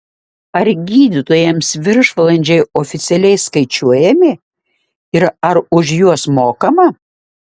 ar gydytojams viršvalandžiai oficialiai skaičiuojami ir ar už juos mokama